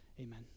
Amen